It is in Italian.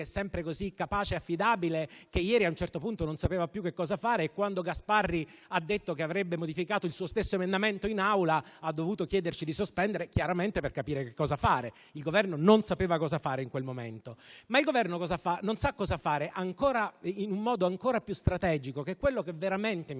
sempre così capace e affidabile, ieri a un certo punto non sapeva più che cosa fare e, quando il senatore Gasparri ha detto che avrebbe riformulato il suo stesso emendamento in Aula, ha dovuto chiederci di sospendere i lavori per capire cosa fare. Il Governo non sapeva cosa fare in quel momento, ma il Governo non sa cosa fare in un senso ancora più strategico, che è quello che veramente mi